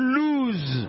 lose